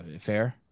Fair